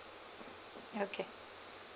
okay